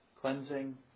cleansing